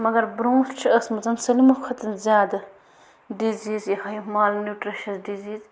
مگر برٛونٛٹھ چھِ ٲسمٕژ سٔلمہٕ کھۄتہٕ زیادٕ ڈِزیٖز یِہوٚے مال نیوٗٹرِشَس ڈِزیٖز